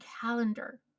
calendar